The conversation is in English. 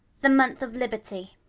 the month of liberty.